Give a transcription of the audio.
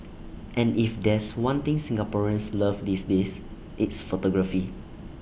and if there's one thing Singaporeans love these days it's photography